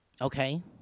okay